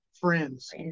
friends